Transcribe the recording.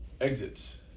Exits